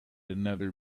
another